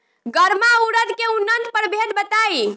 गर्मा उरद के उन्नत प्रभेद बताई?